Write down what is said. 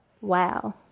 wow